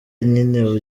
nyine